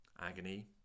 agony